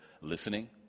listening